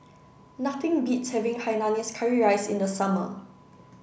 nothing beats having Hainanese curry rice in the summer